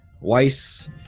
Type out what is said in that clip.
Weiss